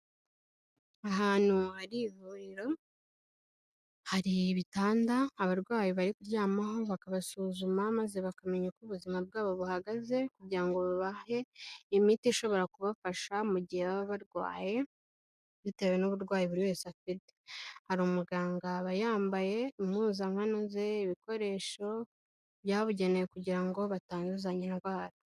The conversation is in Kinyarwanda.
Ahantu hari ivuriro hari ibitanda abarwayi bari kuryamaho bakabasuzuma maze bakamenya uko ubuzima bwabo buhagaze kugira ngo babahe imiti ishobora kubafasha mu gihe barwaye, bitewe n'uburwayi buri wese afite. Hari umuganga aba yambaye impuzankanoze ibikoresho byabugenewe kugira ngo batanduzanya indwara.